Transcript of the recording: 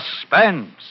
Suspense